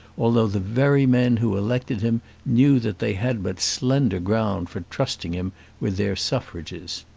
although the very men who elected him knew that they had but slender ground for trusting him with their suffrages.